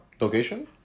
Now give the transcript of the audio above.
Location